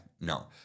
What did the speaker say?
No